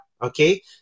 Okay